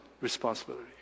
responsibility